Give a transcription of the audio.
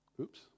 Oops